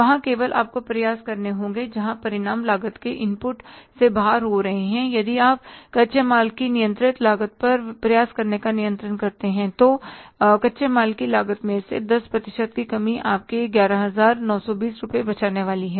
वहां केवल आपको प्रयास करने होंगे जहां परिणाम लागत के इनपुट से बाहर हो रहे हैं यदि आप कच्चे माल की नियंत्रित लागत पर प्रयास करने पर नियंत्रण कर रहे हैं तो कच्चे माल की लागत में 10 प्रतिशत की कमी आप के 11920 रुपये बचाने वाली है